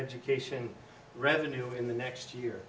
education revenue in the next year